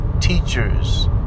teachers